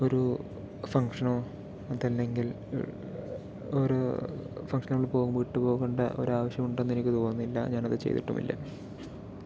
ഒരു ഫങ്ഷനോ അതല്ലങ്കിൽ ഒരു ഫങ്ഷനൊക്കെ പോകുമ്പോൾ ഇട്ട് പോകേണ്ട ഒരാവശ്യവും ഉണ്ടെന്നെനിക്ക് തോന്നുന്നില്ല ഞാനത് ചെയ്തിട്ടുമില്ല